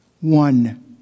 One